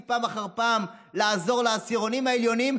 פעם אחר פעם לעזור לעשירונים העליונים,